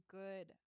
good